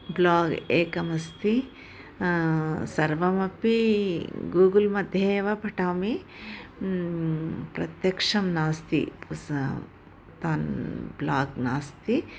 blog एकम् अस्ति सर्वमपि गूगल् मध्ये एव पठामि प्रत्यक्षं नास्ति पस् तान् ब्लाग् नास्ति